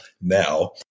now